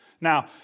Now